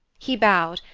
he bowed,